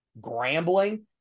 Grambling